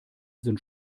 sind